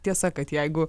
tiesa kad jeigu